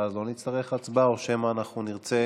ואז לא נצטרך הצבעה, או שמא אנחנו נרצה